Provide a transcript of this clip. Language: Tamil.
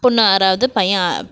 பொண்ணு ஆறாவது பையன்